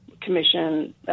Commission